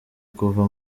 kuva